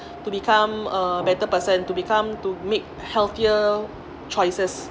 to become a better person to become to make healthier choices